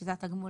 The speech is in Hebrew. - שזה התגמול